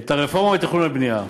את הרפורמה בתכנון ובנייה.